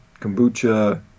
kombucha